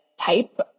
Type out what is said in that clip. type